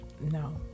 no